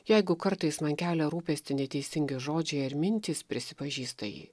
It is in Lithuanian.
jeigu kartais man kelia rūpestį neteisingi žodžiai ar mintys prisipažįsta ji